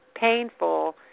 painful